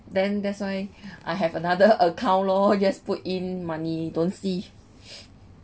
then that's why I have another account lor just put in money don't see